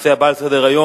הנושא הבא על סדר-היום: